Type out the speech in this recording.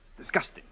Disgusting